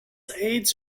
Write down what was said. aids